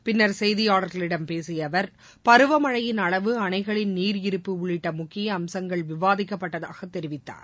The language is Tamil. பின்னர் செய்தியாளர்களிடம் பேசிய அவர் பருவமழையின் அளவு அணைகளின் நீர் இருப்பு உள்ளிட்ட முக்கிய அம்சங்கள் விவாதிக்கப்பட்டதாக தெரிவித்தார்